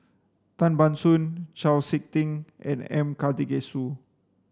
Tan Ban Soon Chau Sik Ting and M Karthigesu